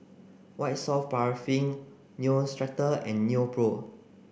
white soft paraffin Neostrata and Nepro